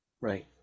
Right